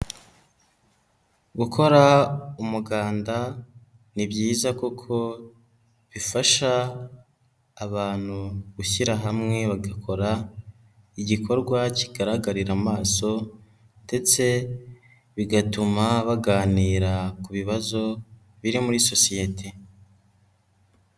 gGkora umuganda, ni byiza kuko bifasha abantu gushyira hamwe bagakora igikorwa kigaragarira amaso ndetse bigatuma baganira ku bibazo biri muri sosiyete.